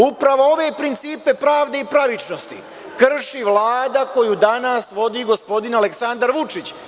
Upravo ove principe pravde i pravičnosti krši Vlada koju danas vodi gospodin Aleksandar Vučić.